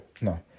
No